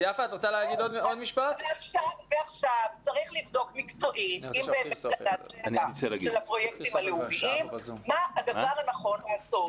עכשיו צריך לבדוק מקצועית מה הדבר הנכון לעשות.